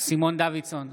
סימון דוידסון,